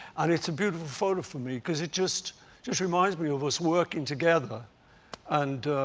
and it's a beautiful photo for me because it just just reminds me of us working together and